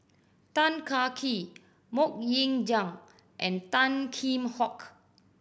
Tan Kah Kee Mok Ying Jang and Tan Kheam Hock